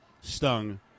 stung